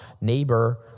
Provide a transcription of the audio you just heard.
neighbor